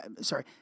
Sorry